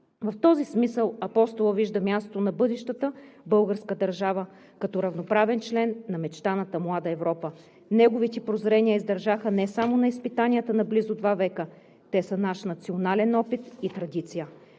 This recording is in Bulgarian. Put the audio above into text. В този смисъл Апостола вижда мястото на бъдещата българска държава като равноправен член на мечтаната „Млада Европа“. Неговите прозрения издържаха не само на изпитанията на близо два века, те са наш национален опит и традиция.